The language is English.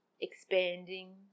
expanding